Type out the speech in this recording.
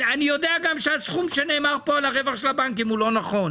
אני גם יודע שהסכום שנאמר פה על הרווח של הבנקים לא נכון,